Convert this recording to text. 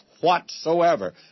whatsoever